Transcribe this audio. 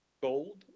gold